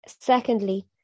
secondly